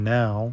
now